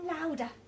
louder